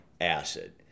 acid